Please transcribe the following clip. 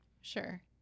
sure